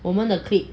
我们的 clique